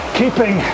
keeping